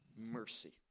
Mercy